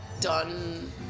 done